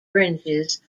fringes